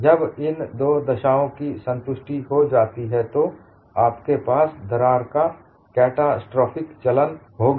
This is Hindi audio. जब इन दो दशाओं की संतुष्टि हो जाती है तो आपके पास दरार का कैटास्ट्रोफिक चलन होगा